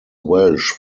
welsh